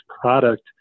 product